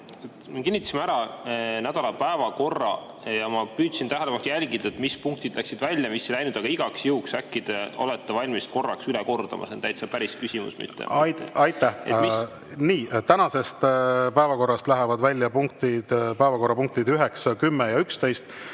Me kinnitasime ära nädala päevakorra ja ma püüdsin tähelepanelikult jälgida, mis punktid läksid välja, mis ei läinud. Aga igaks juhuks, äkki te olete valmis korraks üle kordama? See on täitsa päris küsimus, mitte … Aitäh! Nii, tänasest päevakorrast lähevad välja punktid 9, 10 ja 11,